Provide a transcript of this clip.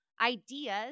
ideas